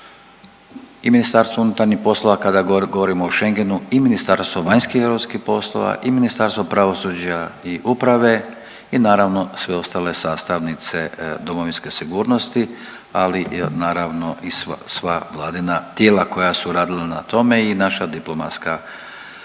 i Ministarstvo unutarnjih poslova kada govorimo o Scehngenu i Ministarstvo vanjskih i europskih poslova i Ministarstvo pravosuđa i uprave i naravno sve ostale sastavnice domovinske sigurnosti, ali naravno i sva Vladina tijela koja su radila na tome i naša diplomatska